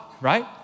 right